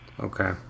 Okay